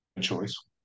choice